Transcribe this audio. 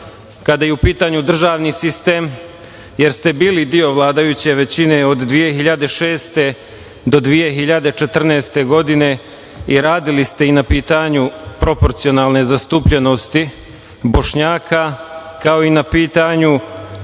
kada je u pitanju državni sistem, jer ste bili deo vladajuće većine od 2006. do 2014. godine i radili ste i na pitanju proporcionalne zastupljenosti Bošnjaka, kao i na pitanju